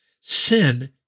Sin